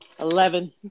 Eleven